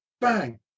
bang